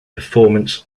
performance